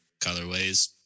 colorways